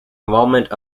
involvement